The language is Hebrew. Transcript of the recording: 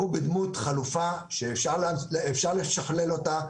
והוא בדמות חלופה שאפשר לשכלל אותה,